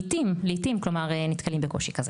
לעתים נתקלים בקושי כזה.